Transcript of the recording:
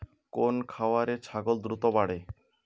কোন খাওয়ারে ছাগল দ্রুত বাড়ে?